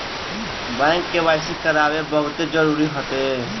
bank KYC करावल बहुते जरुरी हटे